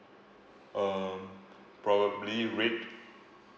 um probably red